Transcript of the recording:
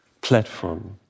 platform